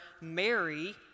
Mary